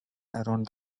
around